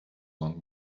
long